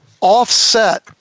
offset